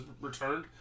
returned